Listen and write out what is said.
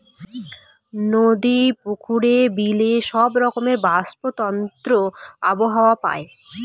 নদী, পুকুরে, বিলে সব রকমের বাস্তুতন্ত্র আবহাওয়া পায়